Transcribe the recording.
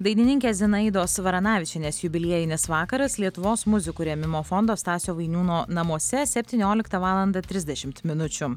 dainininkės zinaidos varanavičienės jubiliejinis vakaras lietuvos muzikų rėmimo fondo stasio vainiūno namuose septynioliktą valandą trisdešimt minučių